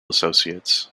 associates